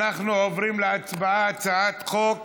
אנחנו עוברים להצבעה: הצעת חוק